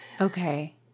okay